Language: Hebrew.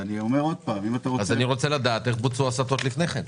אני רוצה לדעת איך בוצעו ההסטות לפני כן.